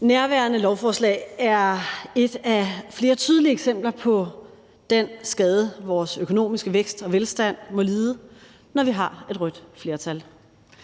Nærværende lovforslag er et af flere tydelige eksempler på den skade, vores økonomiske vækst og velstand må lide, når vi har et rødt flertal;